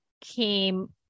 came